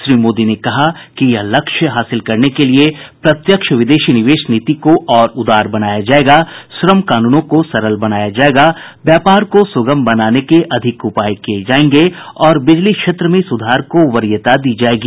श्री मोदी ने कहा कि यह लक्ष्य हासिल करने के लिए प्रत्यक्ष विदेशी निवेश नीति को और उदार बनाया जाएगा श्रम कानूनों को सरल बनाया जाएगा व्यापार को सुगम बनाने के अधिक उपाय किए जाएंगे और बिजली क्षेत्र में सुधार को वरीयता दी जाएगी